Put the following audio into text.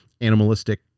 animalistic